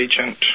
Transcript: agent